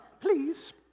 Please